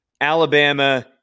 Alabama